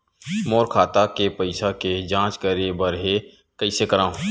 मोर खाता के पईसा के जांच करे बर हे, कइसे करंव?